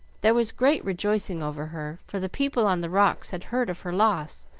there was great rejoicing over her, for the people on the rocks had heard of her loss,